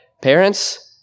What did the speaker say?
parents